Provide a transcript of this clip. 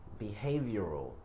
behavioral